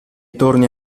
torni